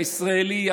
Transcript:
הישראלי,